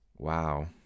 Wow